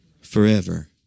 forever